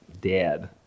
dead